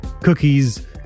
cookies